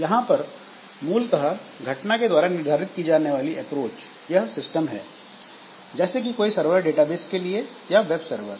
यहां पर मूलतः घटना के द्वारा निर्धारित की जाने वाली अप्रोच या सिस्टम है जैसे कि कोई सर्वर डेटाबेस के लिए या वेब सर्वर